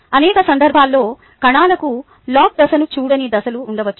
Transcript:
అనేక సందర్భాల్లో కణాలు ఒక లాగ్ దశను చూడని దశలో ఉండవచ్చు